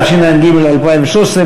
התשע"ג 2013,